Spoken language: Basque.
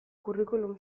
curriculum